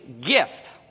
gift